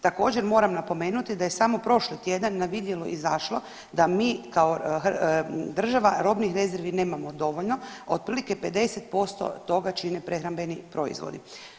Također, moram napomenuti da je samo prošli tjedan na vidjelo izašlo da mi kao država robnih rezervni nemamo dovoljno, a otprilike 50% toga čine prehrambeni proizvodi.